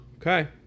Okay